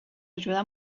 ajudar